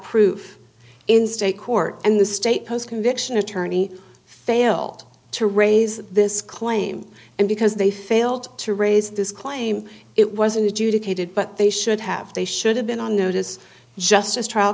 proof in state court and the state post conviction attorney failed to raise this claim and because they failed to raise this claim it wasn't adjudicated but they should have they should have been on notice just as trial